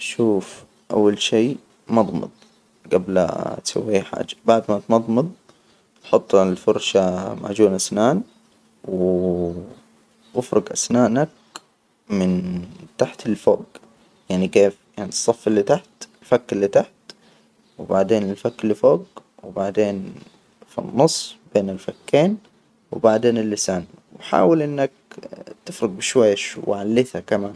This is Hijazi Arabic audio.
شوف، أول شي مضمض جبل لا تسوي حاجة، بعد ما تمضمض، حط على الفرشاة معجون أسنان و أفرق أسنانك من تحت ل فوج، يعني كيف يعني الصف اللي تحت الفك اللي تحت، وبعدين الفك اللي فوق، وبعدين في النص بين الفكين وبعدين اللسان. وحاول إنك تفرق بشويش، وعلى اللثة كمان.